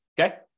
Okay